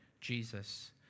Jesus